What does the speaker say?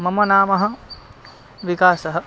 मम नाम विकासः